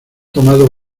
tomado